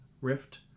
rift